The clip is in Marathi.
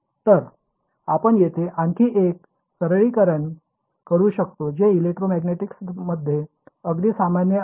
तर आपण येथे आणखी एक सरलीकरण करू शकतो जे इलेक्ट्रोमॅग्नेटिक्समध्ये अगदी सामान्य आहे